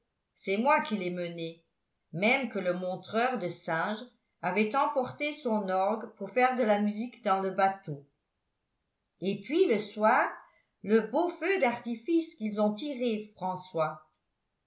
c'est moi qui les menais même que le montreur de singes avait emporté son orgue pour faire de la musique dans le bateau et puis le soir le beau feu d'artifice qu'ils ont tiré françois